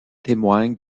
témoigne